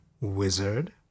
wizard